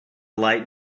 light